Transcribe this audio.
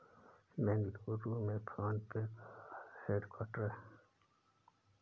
बेंगलुरु में PhonePe का headquarter हैं